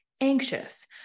Anxious